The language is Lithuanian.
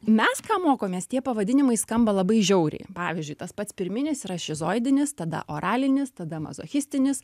mes ką mokomės tie pavadinimai skamba labai žiauriai pavyzdžiui tas pats pirminis yra šizoidinis tada oralinis tada mazochistinis